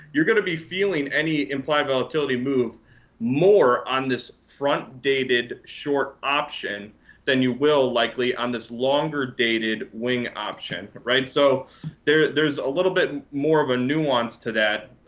you're going to be feeling any implied volatility move more on this front dated short option than you will likely on this longer dated wing option, right? so there's there's a little bit more of a nuance to that.